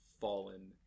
fallen